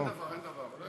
לא, לא, אין דבר, אין דבר.